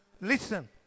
listen